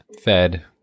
fed